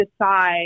decide